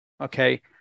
okay